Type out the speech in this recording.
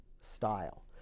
style